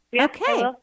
Okay